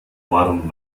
warum